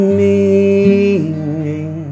meaning